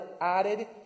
added